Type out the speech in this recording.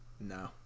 No